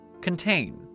contain